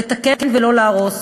לתקן ולא להרוס,